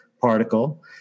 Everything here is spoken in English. particle